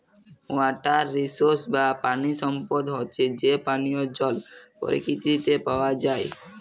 water resource বা পানি সম্পদ হচ্যে যে পানিয় জল পরকিতিতে পাওয়া যায়